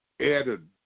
added